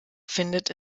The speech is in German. findet